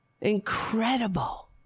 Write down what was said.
Incredible